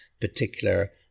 particular